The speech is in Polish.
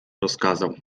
rozkazał